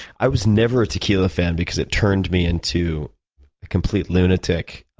i was never a tequila fan because it turned me into a complete lunatic.